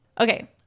Okay